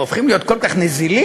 הם הופכים להיות כל כך נזילים,